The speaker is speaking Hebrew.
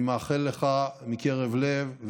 אני מאחל לך מקרב לב,